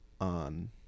on